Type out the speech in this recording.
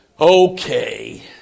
Okay